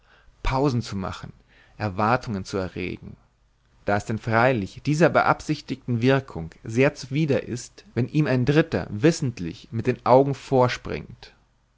pausen zu machen erwartungen zu erregen da es denn freilich dieser beabsichtigten wirkung sehr zuwider ist wenn ihm ein dritter wissentlich mit den augen vorspringt